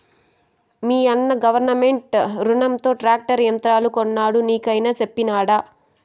మీయన్న గవర్నమెంట్ రునంతో ట్రాక్టర్ యంత్రాలు కొన్నాడు నీకేమైనా చెప్పినాడా